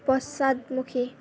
পশ্চাদমুখী